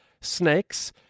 snakes